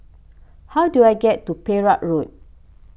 how do I get to Perak Road